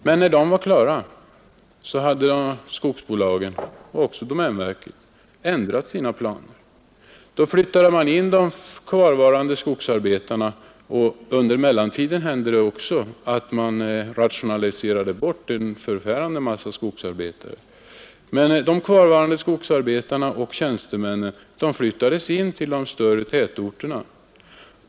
Men när investeringarna var klara hade skogsbolagen och också domänverket ändrat sina planer. Under mellantiden hände det att man rationaliserade bort en förfärande massa skogsarbetare, men nu flyttade man de kvarvarande skogsarbetarna och tjänstemännen in till de stora tätorterna.